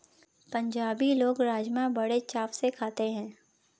पंजाबी लोग राज़मा बड़े चाव से खाते हैं